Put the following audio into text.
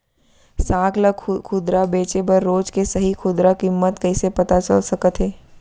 साग ला खुदरा बेचे बर रोज के सही खुदरा किम्मत कइसे पता चल सकत हे?